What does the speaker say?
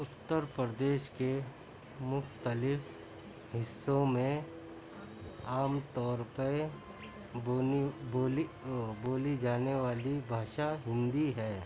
اتر پردیش کے مختلف حصوں میں عام طور پہ بونی بولی بولی جانی والی بھاشا ہندی ہے